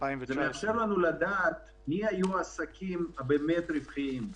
זה מאפשר לנו לדעת מי היו העסקים הבאמת רווחיים,